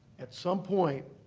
at some point,